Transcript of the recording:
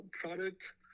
product